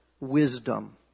wisdom